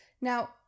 Now